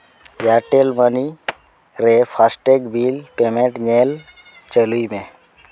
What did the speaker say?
Airtel money ᱨᱮ FASTag bill payment ᱧᱮᱞ ᱪᱟᱹᱞᱩᱭ ᱢᱮ